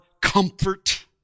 comfort